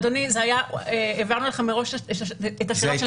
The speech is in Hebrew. אדוני, העברנו אליך מראש את השאלות.